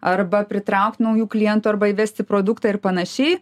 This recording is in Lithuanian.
arba pritraukti naujų klientų arba įvesti produktą ir panašiai